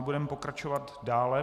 Budeme pokračovat dále.